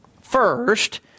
First